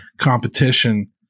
competition